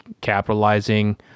capitalizing